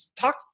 Talk